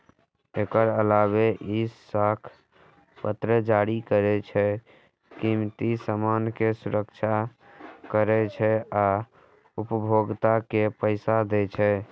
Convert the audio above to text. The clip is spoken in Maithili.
एकर अलावे ई साख पत्र जारी करै छै, कीमती सामान के सुरक्षा करै छै आ उपभोक्ता के पैसा दै छै